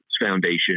foundation